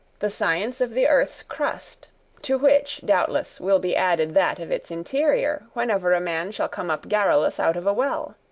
the science of the earth's crust to which, doubtless, will be added that of its interior whenever a man shall come up garrulous out of a well.